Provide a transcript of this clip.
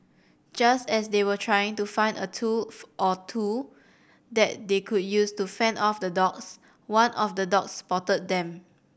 just as they were trying to find a tool or two that they could use to fend off the dogs one of the dogs spotted them